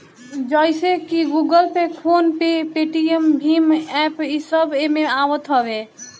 जइसे की Google Pay, PhonePe, Paytm भीम एप्प इस सब एमे आवत हवे